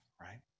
Right